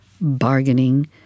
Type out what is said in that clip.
bargaining